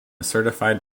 certified